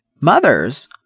mothers